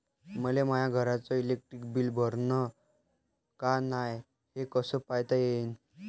मले माया घरचं इलेक्ट्रिक बिल भरलं का नाय, हे कस पायता येईन?